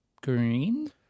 green